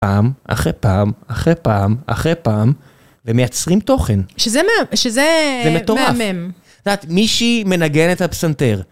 פעם, אחרי פעם, אחרי פעם, אחרי פעם, ומייצרים תוכן. שזה מה... שזה... זה מטורף. זה מהמם. זאת אומרת, מישהי מנגנת על פסנתר.